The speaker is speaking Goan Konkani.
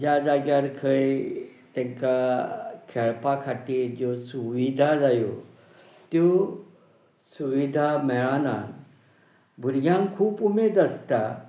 ज्या जाग्यार खंय तांकां खेळपा खातीर ज्यो सुविधा जाय त्यो सुविधा मेळना भुरग्यांक खूब उमेद आसता